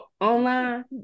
online